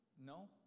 No